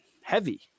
heavy